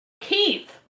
Keith